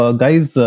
guys